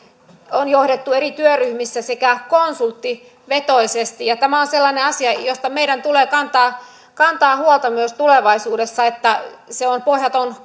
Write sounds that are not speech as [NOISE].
on johdettu eri työryhmissä sekä konsulttivetoisesti tämä on sellainen asia josta meidän tulee kantaa kantaa huolta myös tulevaisuudessa se on pohjaton [UNINTELLIGIBLE]